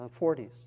40s